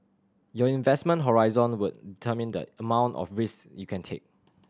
your investment horizon would determine the amount of risk you can take